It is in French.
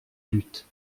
lutte